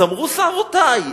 סמרו שערותי.